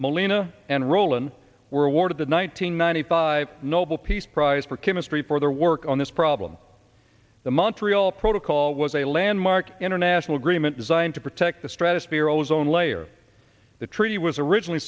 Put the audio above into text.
molina and roland were awarded the nine hundred ninety five nobel peace prize for chemistry for their work on this problem the montreal protocol was a landmark international agreement designed to protect the stratosphere ozone layer the treaty was originally